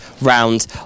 round